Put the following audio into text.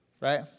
right